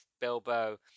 Bilbo